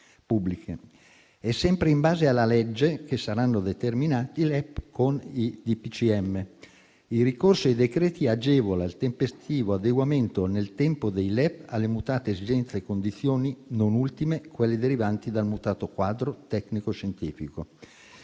È sempre in base alla legge che saranno determinati i LEP con i decreti del Presidente del Consiglio. Il ricorso ai decreti agevola il tempestivo adeguamento nel tempo dei LEP alle mutate esigenze e condizioni, non ultime quelle derivanti dal mutato quadro tecnico scientifico.